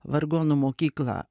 vargonų mokykla